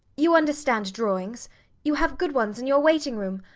you understand drawings you have good ones in your waiting-room.